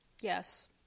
Yes